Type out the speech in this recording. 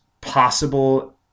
possible